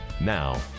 Now